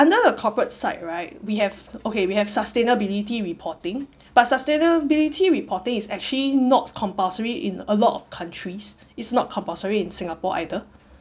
under the corporate side right we have okay we have sustainability reporting but sustainability reporting is actually not compulsory in a lot of countries it's not compulsory in singapore either